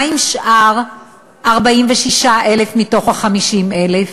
מה עם שאר ה-46,000 מתוך ה-50,000?